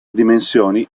dimensioni